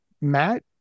Matt